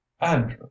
andrew